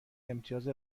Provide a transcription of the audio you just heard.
امتیاز